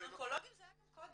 אבל אונקולוגים זה היה גם קודם,